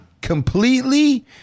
completely